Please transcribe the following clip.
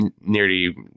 nearly